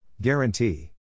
Guarantee